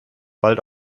bald